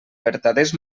vertaders